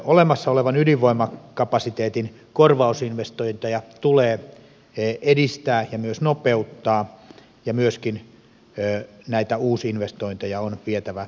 olemassa olevan ydinvoimakapasiteetin korvausinvestointeja tulee edistää ja myös nopeuttaa ja myöskin näitä uusinvestointeja on vietävä eteenpäin